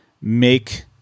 make